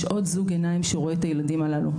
יש עוד זוג עיניים שרואה את הילדים הללו.